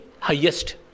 highest